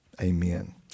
Amen